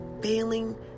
failing